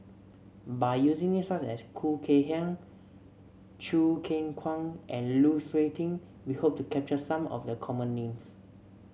by using names such as Khoo Kay Hian Choo Keng Kwang and Lu Suitin we hope to capture some of the common names